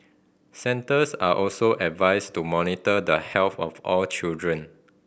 centres are also advised to monitor the health of all children